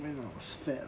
I was fat